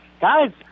guys